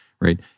right